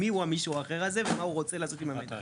מיהו המישהו האחר הזה ומה הוא רוצה לעשות עם המידע?